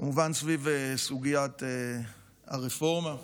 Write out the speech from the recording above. כמובן סביב סוגית הרפורמה.